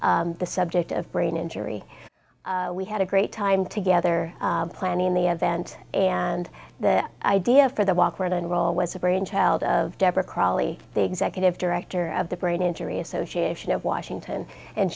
the subject of brain injury we had a great time together planning the event and the idea for the walk around and roll was the brainchild of deborah crowley the executive director of the brain injury association of washington and